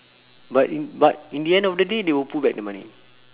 but in but in the end of the day they will put back the money